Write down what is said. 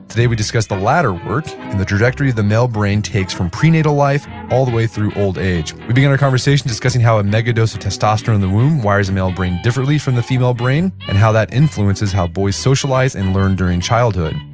today we discuss the latter work, and the trajectory the male brain takes from prenatal life all the way through old age. we begin our conversation discussing how a megadose of testosterone in the womb wires a male brain differently from the female brain, and how that influences how boys socialize and learn during childhood.